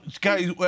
guys